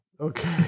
Okay